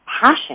passion